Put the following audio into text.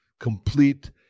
complete